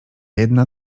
jedna